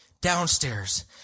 downstairs